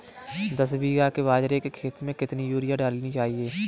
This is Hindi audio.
दस बीघा के बाजरे के खेत में कितनी यूरिया डालनी चाहिए?